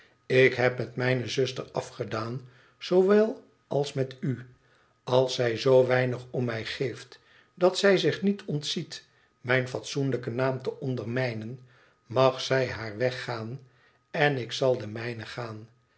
ik heb met mijne zuster afgedaan zoowel als met u als zij zoo weinig om mij geeft dat zij zich niet ontziet mijn fatsoenlijken naam te ondermijnen mag zij haar weg gaan en ik zal den mijnen gaan